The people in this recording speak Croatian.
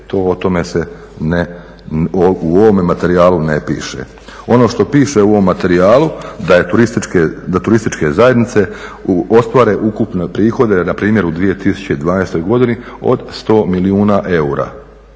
o tome se ne u ovome materijalu ne piše. Ono što piše u ovom materijalu da turističke zajednice ostvare ukupno prihode npr. u 2012. godini od 100 milijuna eura.